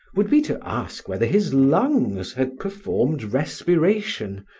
would be to ask whether his lungs had performed respiration,